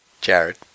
Jared